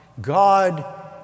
God